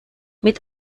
mit